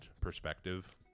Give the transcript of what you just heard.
perspective